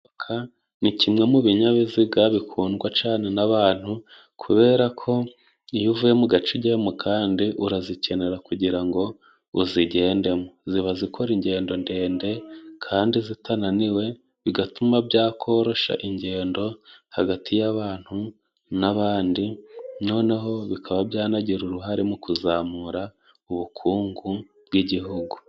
Imodoka ni kimwe mu binyabiziga bikundwa cyane n'abantu， kubera ko iyo uvuye mu gace ugiye mu kandi，urazikenera kugira ngo uzigendemo. Ziba zikora ingendo ndende kandi zitananiwe，bigatuma byakoroshya ingendo hagati y'abantu n'abandi， noneho bikaba byanagira uruhare mu kuzamura ubukungu bw'igihugu.